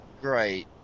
great